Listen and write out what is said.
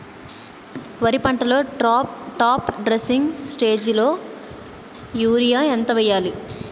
వరి పంటలో top dressing స్టేజిలో యూరియా ఎంత వెయ్యాలి?